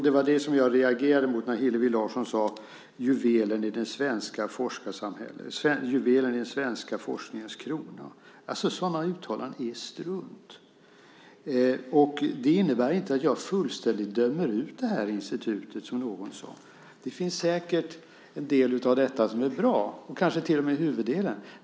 Det var det jag reagerade mot när Hillevi Larsson talade om juvelen i det svenska forskarsamhället, juvelen i den svenska forskningens krona. Sådana uttalanden är strunt. Det innebär inte att jag fullständigt dömer ut det här institutet, som någon sade. Det finns säkert en del av detta som är bra, kanske till och med huvuddelen.